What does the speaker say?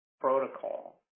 protocol